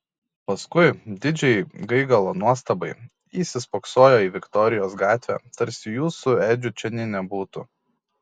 paskui didžiai gaigalo nuostabai įsispoksojo į viktorijos gatvę tarsi jų su edžiu čia nė nebūtų